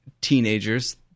teenagers